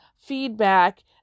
feedback